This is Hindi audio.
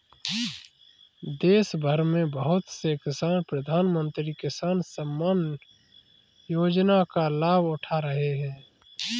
देशभर में बहुत से किसान प्रधानमंत्री किसान सम्मान योजना का लाभ उठा रहे हैं